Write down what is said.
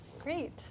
Great